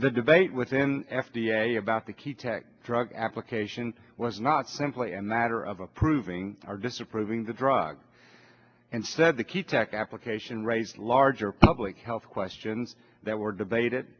the debate within f d a about the key tech drug application was not simply a matter of approving or disapproving the drug and said the key tech application raises larger public health questions that were debated it